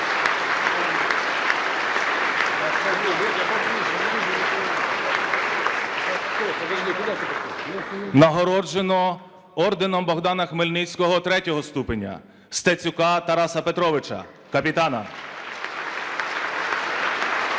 Нагороджено орденом Богдана Хмельницького ІІІ ступеня: Стецюка Тараса Петровича, капітана (Оплески)